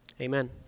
Amen